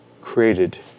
created